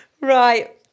Right